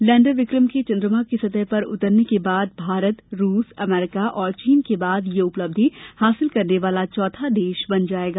lander Vikram का चन्द्रमा की सतह पर उतरने के बाद भारत रूस अमरीका और चीन के बाद ये उपलब्धि हासिल करने वाला चौथा देश बन जायेगा